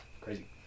crazy